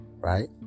right